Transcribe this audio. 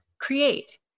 create